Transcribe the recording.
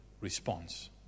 response